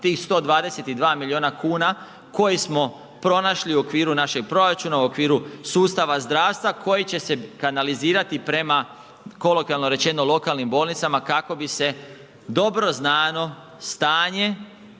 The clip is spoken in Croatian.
tih 122 miliona kuna koje smo pronašli u okviru našeg proračuna, u okviru sustava zdravstva koji će se kanalizirati prema, kolokvijalno rečeno, lokalnim bolnicama kako bi se dobro znano stanje